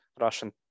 Russian